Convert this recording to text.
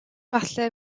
falle